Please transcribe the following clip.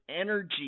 energy